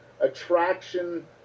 attraction